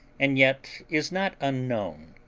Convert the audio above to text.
and yet is not unknown.